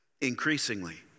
Increasingly